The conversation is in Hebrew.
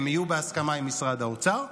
הן יהיו בהסכמה עם משרד האוצר,